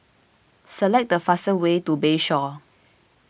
select the fastest way to Bayshore